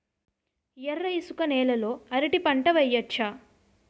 ఎర్ర ఇసుక నేల లో అరటి పంట వెయ్యచ్చా?